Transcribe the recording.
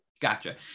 Gotcha